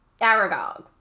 Aragog